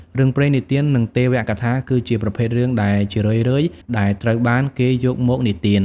រឿងព្រេងនិទាន និងទេវកថា គឺជាប្រភេទរឿងដែលជារឿយៗដែលត្រូវបានគេយកមកនិទាន។